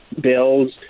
bills